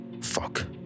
Fuck